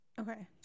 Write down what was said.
Okay